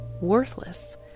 worthless